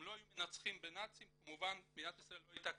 אם לא היו מנצחים את הנאצים כמובן מדינת ישראל לא הייתה